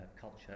culture